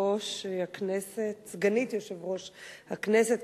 סגנית יושב-ראש הכנסת.